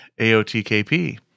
AOTKP